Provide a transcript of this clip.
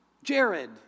Jared